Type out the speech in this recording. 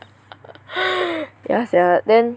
ya sia then